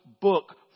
book